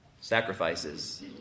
sacrifices